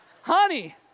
Honey